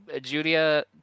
Julia